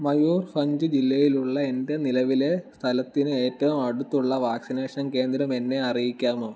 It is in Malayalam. മയൂർഭഞ്ച് ജില്ലയിലുള്ള എൻ്റെ നിലവിലെ സ്ഥലത്തിന് ഏറ്റവും അടുത്തുള്ള വാക്സിനേഷൻ കേന്ദ്രം എന്നെ അറിയിക്കാമോ